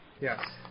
Yes